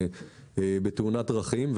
בתאונת דרכים,